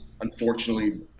unfortunately